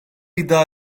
iddia